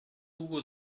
hugo